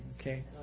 okay